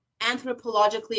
anthropologically